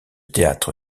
théâtre